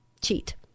cheat